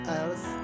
else